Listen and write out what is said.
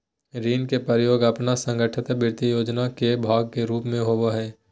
ऋण के प्रयोग अपन संगठित वित्तीय योजना के भाग के रूप में होबो हइ